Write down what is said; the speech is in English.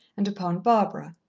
and upon barbara.